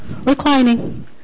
reclining